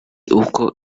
uko